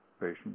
patient